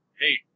Hey